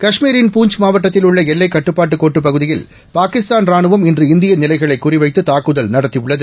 காஷ்மீன் பூஞ்ச் மாவட்டத்தில் உள்ள எல்லைக் கட்டுப்பாட்டு கோட்டுபகுதியில் பாகிஸ்தான் ரானுவம் இன்று இந்திய நிலைகளை குறிவைத்து தாக்குதல் நடத்தியுள்ளது